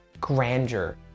grandeur